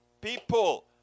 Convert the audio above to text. people